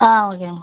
ah okay ma'am